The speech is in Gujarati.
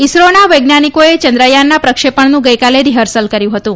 ઈસરોના વૈજ્ઞાનિકોએ ચંદ્રયાનના પ્રક્ષેપણનું ગઈકાલે રીફર્સલ કર્યું હતું